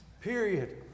Period